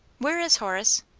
where is horace?